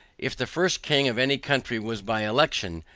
if the first king of any country was by election,